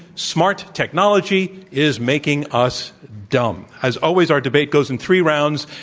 smart technology is making us dumb. as always, our debate goes in three rounds.